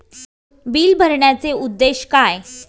Bill भरण्याचे उद्देश काय?